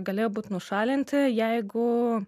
galėjo būt nušalinti jeigu